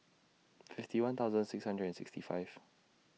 fifty one thousand six hundred and sixty five